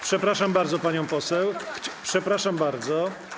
Przepraszam bardzo panią poseł, przepraszam bardzo.